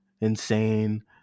insane